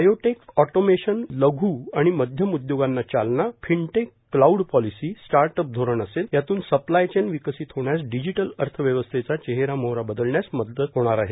biotech automation लघ् आणि मध्यम उदयोगांना चालना फिनटेक क्लाऊड पॉलीसी स्टार्टअप धोरण असेल यातून सप्लाय चेन विकसित होण्यास डिजिटल अर्थव्यवस्थेचा चेहरामोहोरा बदलण्यास मदत होणार आहे